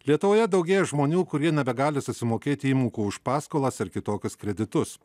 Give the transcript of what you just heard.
lietuvoje daugėja žmonių kurie nebegali susimokėti įmokų už paskolas ar kitokias kreditus